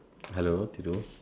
hello Thiru